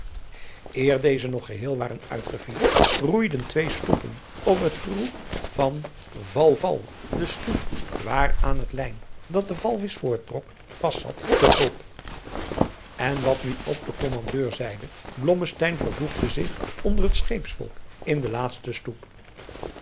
eer deze nog geheel waren uitgevierd roeiden twee sloepen op het geroep van val val de sloep waar aan het lijn dat de walvisch voorttrok vast zat te hulp en wat nu ook de kommandeur zeide blommesteyn vervoegde zich onder het scheepsvolk in de laatste sloep